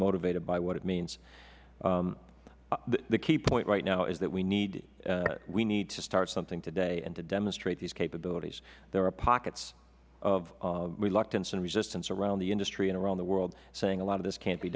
motivated by what it means the key point right now is that we need to start something today and to demonstrate these capabilities there are pockets of reluctance and resistance around the industry and around the world saying a lot of this cannot be